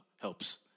helps